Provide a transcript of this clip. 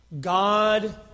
God